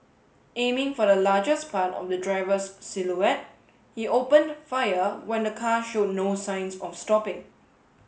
aiming for the largest part of the driver's silhouette he opened fire when the car showed no signs of stopping